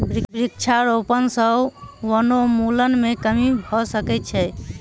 वृक्षारोपण सॅ वनोन्मूलन मे कमी भ सकै छै